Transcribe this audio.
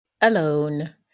Alone